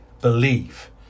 believe